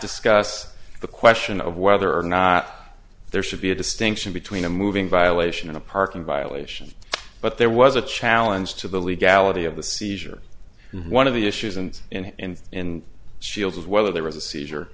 discuss the question of whether or not there should be a distinction between a moving violation in a parking violation but there was a challenge to the legality of the seizure one of the issues and in in shield was whether there was a seizure